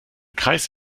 kreis